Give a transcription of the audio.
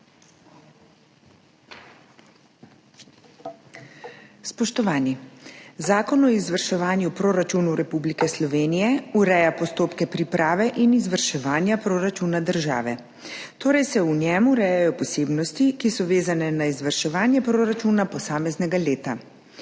Spoštovani! Zakon o izvrševanju proračunov Republike Slovenije ureja postopke priprave in izvrševanja proračuna države, torej se v njem urejajo posebnosti, ki so vezane na izvrševanje proračuna posameznega leta.